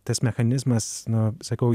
tas mechanizmas nu sakau